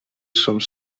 some